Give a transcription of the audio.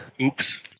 Oops